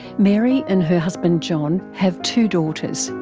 mary and her husband john have two daughters,